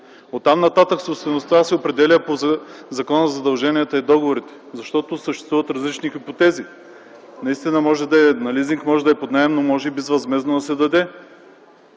Оттам-нататък собствеността се определя по Закона за задълженията и договорите, защото съществуват различни хипотези. Наистина, може да е на лизинг, може да е под наем, а може и безвъзмездно да се даде.